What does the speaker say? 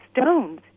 stones